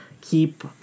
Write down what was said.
Keep